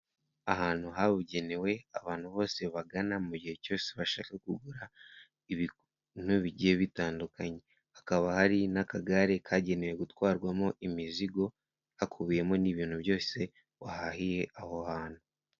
Ahantu habugenewe abantu bose bagana mu gihe cyose bashaka kugura ibintu bigiye bitandukanye. Hakaba hari n'akagare kagenewe gutwarwamo imizigo, hakubiyemo n'ibintu byose wahahiye aho hantu.